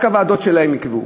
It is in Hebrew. רק הוועדות שלהם יקבעו,